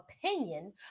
opinion